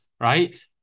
Right